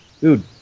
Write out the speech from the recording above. Dude